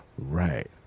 Right